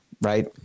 right